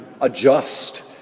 adjust